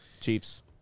Chiefs